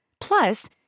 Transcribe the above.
Plus